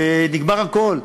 ונגמר הכול,